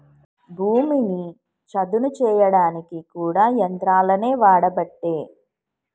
భూమిని చదును చేయడానికి కూడా యంత్రాలనే వాడబట్టే